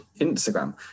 Instagram